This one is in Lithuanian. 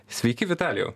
sveiki vitalijau